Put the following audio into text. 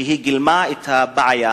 שגילמה את הבעיה,